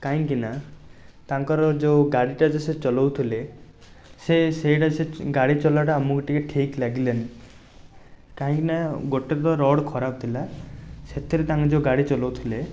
କାହିଁକିନା ତାଙ୍କର ଯେଉଁ ଗାଡ଼ିଟା ଯେ ସିଏ ଚଲଉଥିଲେ ସେ ସେଇଟା ସେ ଗାଡ଼ି ଚଲାଟା ଆମକୁ ଟିକିଏ ଠିକ୍ ଲାଗିଲାନି କାହିଁକିନା ଗୋଟେ ତ ରୋଡ଼୍ ଖରାପ ଥିଲା ସେଥିରେ ତାଙ୍କେ ଯେଉଁ ଗାଡ଼ି ଚଲଉଥିଲେ